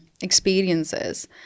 experiences